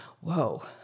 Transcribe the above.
whoa